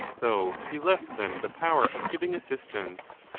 though he left them the power of giving assistance.